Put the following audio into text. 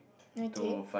okay